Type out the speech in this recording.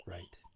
Right